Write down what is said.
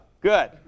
Good